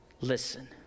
listen